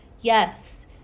Yes